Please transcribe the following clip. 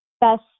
best